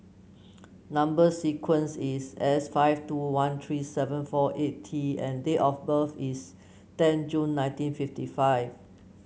number sequence is S five two one three seven four eight T and date of birth is ten June nineteen fifty five